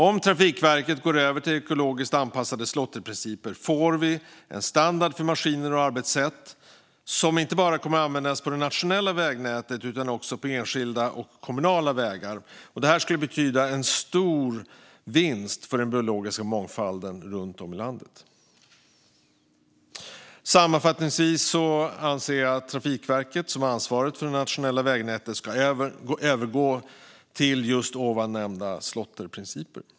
Om Trafikverket går över till ekologiskt anpassade slåtterprinciper får vi en standard för maskiner och arbetssätt som inte bara kommer att användas i det nationella vägnätet utan också på enskilda och kommunala vägar. Detta skulle betyda en stor vinst för den biologiska mångfalden runt om i landet. Sammanfattningsvis anser jag att Trafikverket, som har ansvaret för det nationella vägnätet, ska övergå till just ovan nämnda slåtterprinciper.